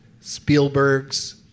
Spielberg's